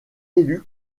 élu